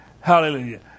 Hallelujah